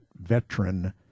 veteran